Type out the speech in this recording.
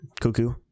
cuckoo